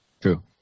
True